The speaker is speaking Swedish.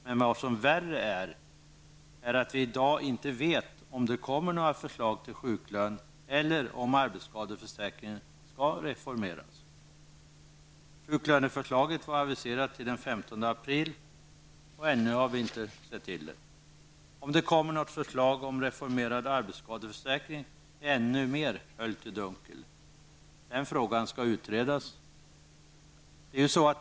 Men vad värre är, är att vi i dag inte vet om det kommer några förslag till sjuklön eller om arbetsskadeförsäkringen skall reformeras. Sjuklöneförslaget var aviserat till den 15 april och har ännu inte synts till. Om det kommer något förslag om reformerad arbetsskadeförsäkring är ännu mer höljt i dunkel. Den frågan skall utredas.